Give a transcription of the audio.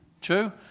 True